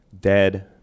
dead